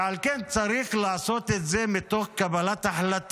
ועל כן צריך לעשות את זה מתוך קבלת החלטה.